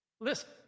Listen